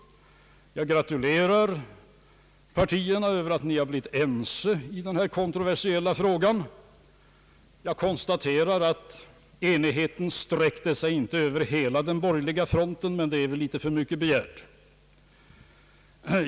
Jag gratulerar partierna till att ha blivit ense i denna kontroversiella fråga, och jag konstaterar att enigheten inte sträcker sig över hela den borgerliga fronten, men det vore väl för myc ket begärt att den skulle ha så gjort.